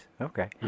Okay